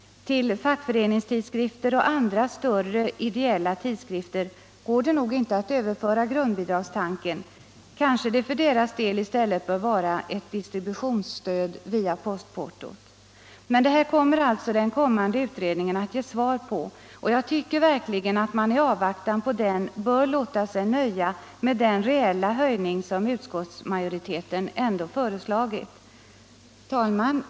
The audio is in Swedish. Till fackföreningstidskrifter och andra större, ideella tidskrifter går det nog inte att överföra grundbidragstanken. Kanske det för deras del i stället bör vara ett distributionsstöd via postportot. Men det här kommer alltså utredningen att ge svar på, och jag tycker verkligen att man i avvaktan på den bör låta sig nöja med den reella höjning som utskottsmajoriteten ändå föreslagit. Herr talman!